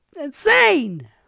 insane